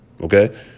okay